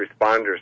responders